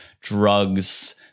drugs